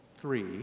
three